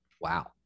Wow